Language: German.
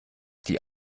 die